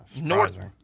North